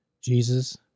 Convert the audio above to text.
Jesus